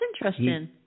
interesting